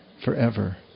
forever